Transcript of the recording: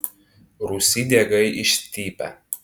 rūsy diegai išstypę